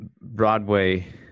broadway